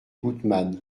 goutman